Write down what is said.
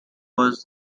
was